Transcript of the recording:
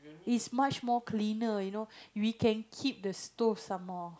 is much more cleaner you know we can keep the stove some more